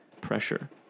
Pressure